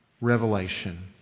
revelation